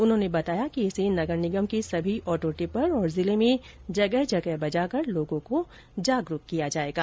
उन्होंने बताया कि इस गीत को नगर निगम के सभी ऑटो टिपर और जिले में जगह जगह बजाकर लोगों को जागरुक किया जाएगा